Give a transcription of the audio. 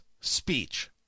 speech